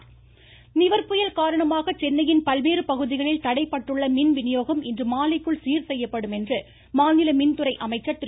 தங்கமணி நிவர் புயல் காரணமாக சென்னையின் பல்வேறு பகுதிகளில் தடைபட்டுள்ள மின் விநியோகம் இன்று மாலைக்குள் சீர் செய்யப்படும் என மாநில மின்குறை அமைச்சர் திரு